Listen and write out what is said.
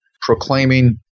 proclaiming